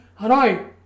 Hanoi